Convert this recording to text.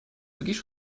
wirklich